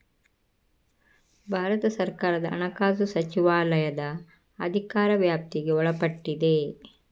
ಭಾರತ ಸರ್ಕಾರದ ಹಣಕಾಸು ಸಚಿವಾಲಯದ ಅಧಿಕಾರ ವ್ಯಾಪ್ತಿಗೆ ಒಳಪಟ್ಟಿದೆ